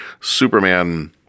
Superman –